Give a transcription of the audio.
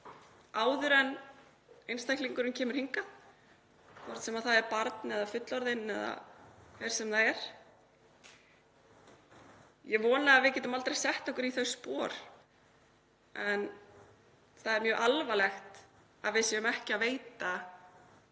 áður en fólk kemur hingað, hvort sem það er barn eða fullorðinn. Ég vona að við getum aldrei sett okkur í þau spor en það er mjög alvarlegt að við séum ekki að veita